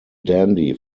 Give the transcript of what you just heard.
dandy